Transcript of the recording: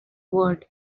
word